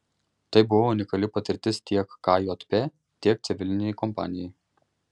tai buvo unikali patirtis tiek kjp tiek civilinei kompanijai